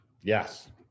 Yes